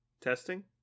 Testing